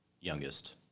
youngest